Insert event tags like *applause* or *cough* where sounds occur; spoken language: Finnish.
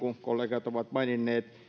*unintelligible* kuin kollegat ovat maininneet